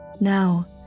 Now